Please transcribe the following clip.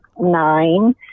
nine